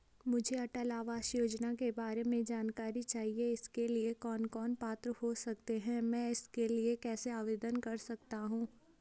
मुझे अटल आवास योजना के बारे में जानकारी चाहिए इसके लिए कौन कौन पात्र हो सकते हैं मैं इसके लिए कैसे आवेदन कर सकता हूँ?